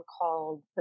called